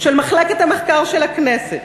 של מחלקת המחקר של הכנסת,